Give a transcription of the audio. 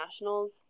Nationals